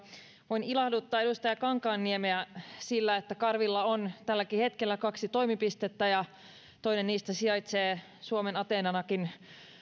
voin ilahduttaa edustaja kankaanniemeä sillä että karvilla on tälläkin hetkellä kaksi toimipistettä ja toinen niistä sijaitsee suomen ateenanakin